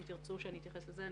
אם תרצו שאני אתייחס לזה,